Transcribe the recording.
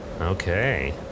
Okay